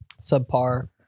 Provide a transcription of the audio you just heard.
subpar